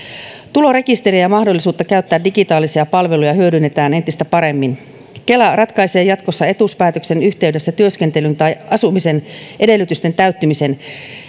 tulorekisteriä ja mahdollisuutta käyttää digitaalisia palveluja hyödynnetään entistä paremmin kela ratkaisee jatkossa etuuspäätöksen yhteydessä työskentelyn tai asumisen edellytysten täyttymisen